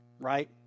right